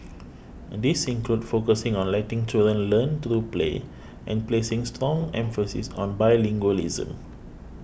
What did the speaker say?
these include focusing on letting children learn through play and placing strong emphasis on bilingualism